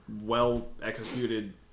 well-executed